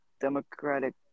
Democratic